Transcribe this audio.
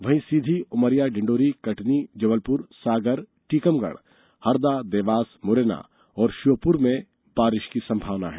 वहीं सीधी उमरिया डिंडोरी कटनी जबलपुर सागर टीकमगढ हरदा देवास मुरैना और ष्योपुर बारिष की संभावना है